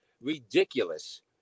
ridiculous